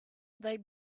they